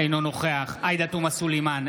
אינו נוכח עאידה תומא סלימאן,